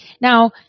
Now